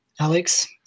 Alex